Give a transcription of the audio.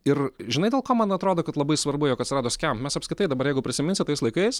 ir žinai dėl ko man atrodo kad labai svarbu jog atsirado skemp mes apskritai dabar jeigu prisiminsi tais laikais